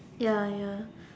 ya ya